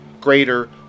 greater